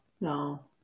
no